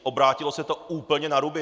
Obrátilo se to úplně naruby.